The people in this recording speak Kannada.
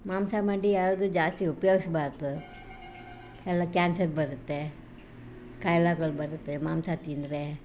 ಮಾಂಸ ಮಡಿ ಯಾವುದು ಜಾಸ್ತಿ ಉಪಯೋಗಿಸ್ಬಾರ್ದು ಎಲ್ಲ ಕ್ಯಾನ್ಸರ್ ಬರುತ್ತೆ ಕಾಯಿಲೆಗಳು ಬರುತ್ತೆ ಮಾಂಸ ತಿಂದರೆ